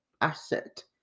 Asset